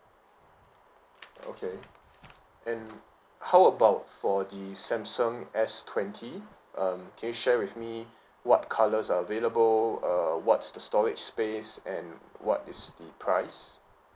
okay and how about for the samsung S twenty um can you share with me what colours are available err what'S the storage space and what is the price